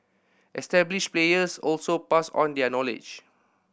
established players also pass on their knowledge